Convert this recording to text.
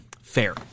fair